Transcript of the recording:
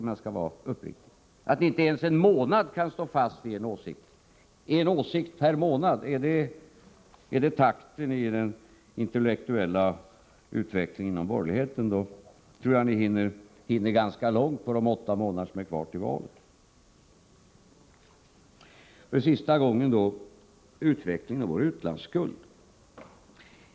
Ni kan inte ens en månad stå fast vid er åsikt. En åsikt per månad, är det takten på den intellektuella utvecklingen inom borgerligheten? Då tror jag att ni hinner ganska långt under de åtta månader som är kvar fram till valet. För sista gången: Utvecklingen av vår utlandsskuld.